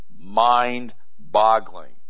mind-boggling